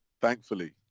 Thankfully